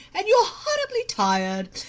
and you're horribly tired,